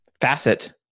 facet